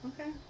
Okay